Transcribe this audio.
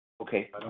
Okay